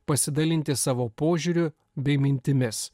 pasidalinti savo požiūriu bei mintimis